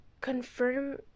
confirm